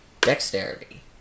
dexterity